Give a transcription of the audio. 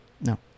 No